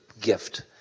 gift